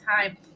time